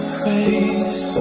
face